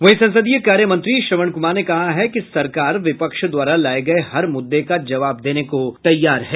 वहीं संसदीय कार्य मंत्री श्रवण कुमार ने कहा है कि सरकार विपक्ष द्वारा लाये गये हर मुदुदे का जवाब देने को तैयार है